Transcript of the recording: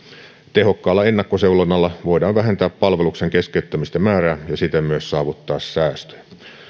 tehokkaalla ennakkoseulonnalla voidaan vähentää palveluksen keskeyttämisten määrää ja siten myös saavuttaa säästöjä